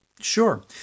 Sure